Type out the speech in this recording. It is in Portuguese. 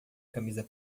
camisa